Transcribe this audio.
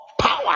power